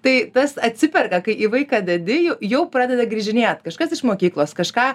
tai tas atsiperka kai į vaiką dedi ju jau pradeda grįžinėt kažkas iš mokyklos kažką